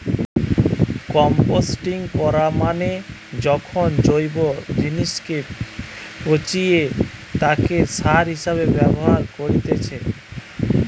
composting করা মানে যখন জৈব জিনিসকে পচিয়ে তাকে সার হিসেবে ব্যবহার করেতিছে